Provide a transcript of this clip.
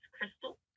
crystal